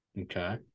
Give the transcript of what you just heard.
Okay